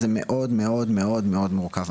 זה מאוד מאוד מאוד מורכב,